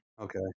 okay